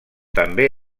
també